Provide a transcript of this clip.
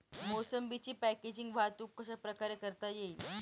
मोसंबीची पॅकेजिंग वाहतूक कशाप्रकारे करता येईल?